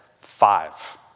Five